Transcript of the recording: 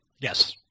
Yes